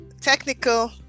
technical